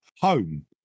home